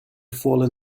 fallen